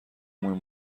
موی